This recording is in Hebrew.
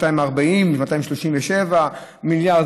240 ו-237 מיליארד.